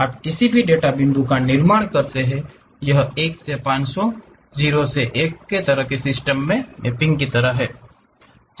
आप किसी भी डेटा बिंदु का निर्माण करते हैं यह 1 से 500 से 0 से 1 तरह के सिस्टम में मैपिंग की तरह है